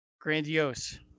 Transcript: Grandiose